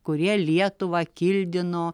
kurie lietuvą kildino